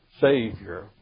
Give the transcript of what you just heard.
Savior